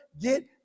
get